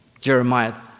Jeremiah